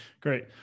great